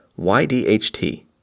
YDHT